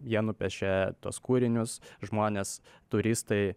jie nupiešė tuos kūrinius žmonės turistai